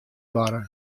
barre